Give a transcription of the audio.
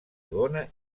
dona